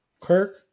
Kirk